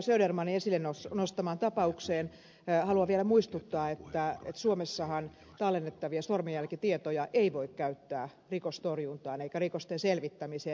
södermanin esille nostamaan tapaukseen liittyen haluan vielä muistuttaa että suomessahan tallennettavia sormenjälkitietoja ei voi käyttää rikostorjuntaan eikä rikosten selvittämiseen